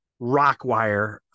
Rockwire